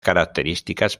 características